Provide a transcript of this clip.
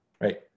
right